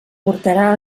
portarà